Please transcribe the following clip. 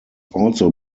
also